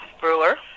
Brewer